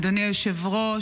אדוני היושב-ראש,